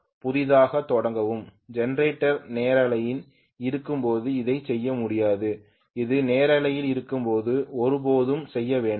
புதிதாகத் தொடங்கவும் ஜெனரேட்டர் நேரலையில் இருக்கும்போது இதைச் செய்ய முடியாது அது நேரலையில் இருக்கும்போது ஒருபோதும் செய்ய வேண்டாம்